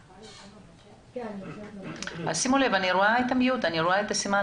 כאלה שיעמדו בתקנים של משרד הבריאות לכל מוסדות הרפואה השונים,